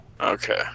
Okay